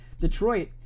Detroit